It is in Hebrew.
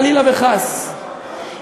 חלילה וחס,